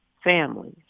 families